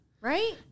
Right